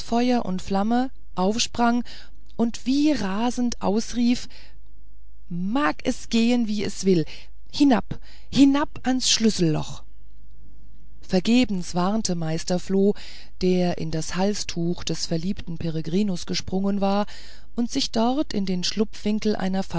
und flamme aufsprang und wie rasend ausrief mag es gehen wie es will hinab hinab ans schlüsselloch vergebens warnte meister floh der in das halstuch des verliebten peregrinus gesprungen war und sich dort in den schlupfwinkel